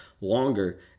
longer